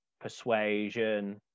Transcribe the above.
persuasion